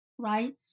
right